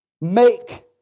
Make